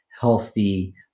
healthy